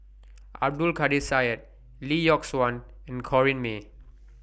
Abdul Kadir Syed Lee Yock Suan and Corrinne May